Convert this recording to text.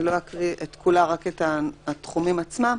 אני לא אקרא את כולה, רק את התחומים עצמם,